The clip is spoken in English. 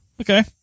Okay